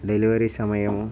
delivery సమయము